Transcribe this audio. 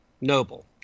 Noble